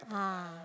ah